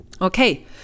Okay